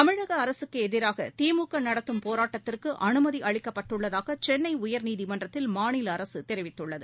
தமிழக அரசுக்கு எதிராக திமுக நடத்தும் போராட்டத்திற்கு அனுமதி அளிக்கப்பட்டுள்ளதாக சென்னை உயர்நீதிமன்றத்தில் மாநில அரசு தெரிவித்துள்ளது